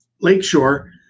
Lakeshore